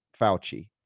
Fauci